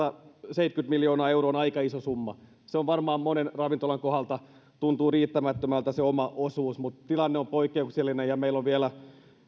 se sataseitsemänkymmentä miljoonaa euroa on aika iso summa varmaan monen ravintolan kohdalla tuntuu riittämättömältä se oma osuus mutta tilanne on poikkeuksellinen ja meillä on vielä